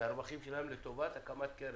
מהרווחים שלהן לטובת הקמת קרן.